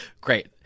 Great